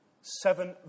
seven